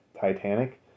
Titanic